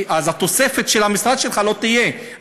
התוספת של המשרד שלך לא תהיה,